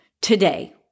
today